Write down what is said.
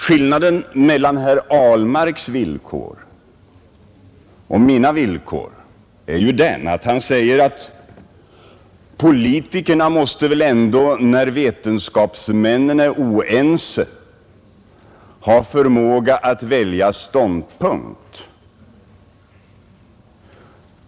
Skillnaden mellan herr Ahlmarks och mina villkor är ju den att han säger att politikerna när vetenskapsmännen är oense måste ha förmågan att välja ståndpunkt.